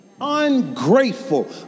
Ungrateful